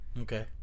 Okay